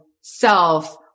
self